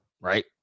Right